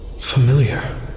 familiar